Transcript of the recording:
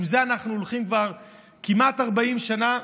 עם זה אנחנו הולכים כבר כמעט 40 שנה,